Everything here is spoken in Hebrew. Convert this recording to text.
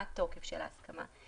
מה התוקף של ההסכמה וכו'.